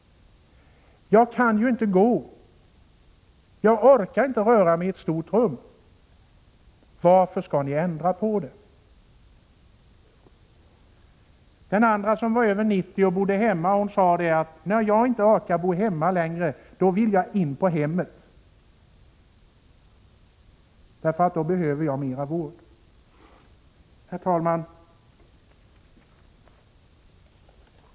Jag kan inte gå. Jag orkar inte röra migi ett stort rum. Varför skall ni ändra på det? Den andra, som var över 90 år och bodde hemma, sade: När jag inte orkar bo hemma längre vill jag in på hemmet. För då behöver jag mera vård. Herr talman!